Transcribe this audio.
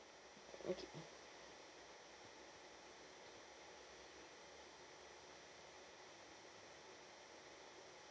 okay